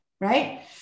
right